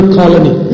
colony